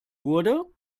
wurde